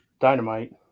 Dynamite